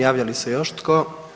Javlja li se još tko?